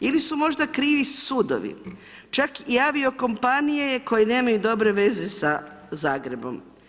Ili su možda krivi sudovi, čak i aviokompanije koje nemaju dobre veze sa Zagrebom.